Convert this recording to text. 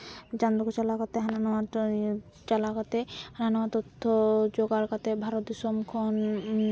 ᱡᱟᱢᱰᱚᱜᱽ ᱪᱟᱞᱟᱣ ᱠᱟᱛᱮ ᱦᱟᱱᱟ ᱱᱟᱣᱟ ᱪᱟᱞᱟᱣ ᱠᱟᱛᱮ ᱦᱟᱱᱟ ᱱᱟᱣᱟ ᱛᱚᱛᱛᱷᱚ ᱡᱚᱜᱟᱲ ᱠᱟᱛᱮ ᱵᱷᱟᱨᱚᱛ ᱫᱤᱥᱚᱢ ᱠᱷᱚᱱ